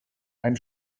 ein